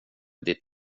ditt